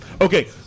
Okay